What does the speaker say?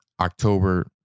October